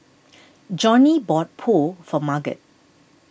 Johnnie bought Pho for Marget